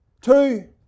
Two